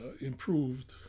improved